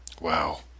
Wow